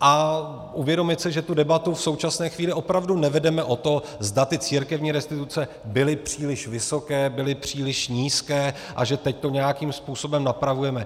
a uvědomit si, že tu debatu v současné chvíli opravdu nevedeme o tom, zda ty církevní restituce byly příliš vysoké, byly příliš nízké a že teď to nějakým způsobem napravujeme.